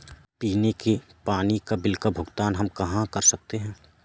पीने के पानी का बिल का भुगतान हम कहाँ कर सकते हैं?